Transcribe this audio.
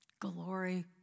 glory